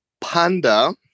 Panda